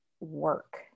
work